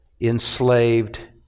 enslaved